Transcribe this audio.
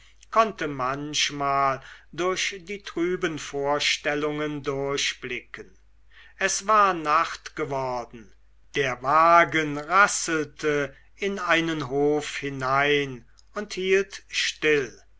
konnte manchmal durch die trüben vorstellungen durchblicken es war nacht geworden der wagen rasselte in einen hof hinein und hielt still